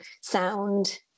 sound